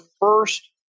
first